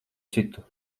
citu